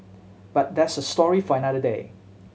but that's a story for another day